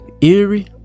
eerie